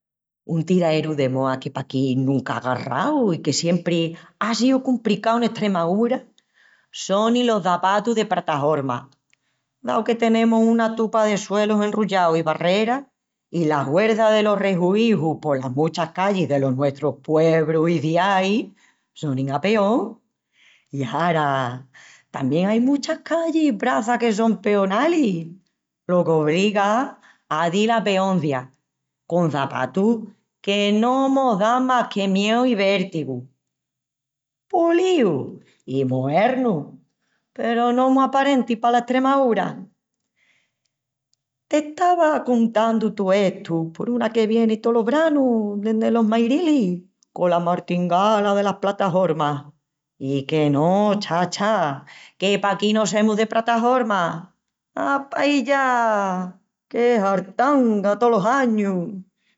Un tiraeru de moa que paquí nunca á agarrau i qué siempri á síu compricau en Estremaúra sonin los çapatus de pratahorma, dau que tenemus una tupa de suelus enrollaus i barreras, i la huerça delos rehuíjus polas muchas callis delos nuestrus puebrus i ciais sonin a peón, i ara tamién ain muchas callis i praças que son peonalis, lo que obriga a dil a peoncia, con çapatus que no mos dan más que mieu i vértigu. Políus i moernus peru no mu aparentis pala Estremaúra. T'estava cuentandu to estu por una que vieni tolos branus dendi los Mairilis cola martingala delas pratahormas i que no, chacha, que paquí no semus de pratahormas. Á paí ya! Qué hartanga tolos añus!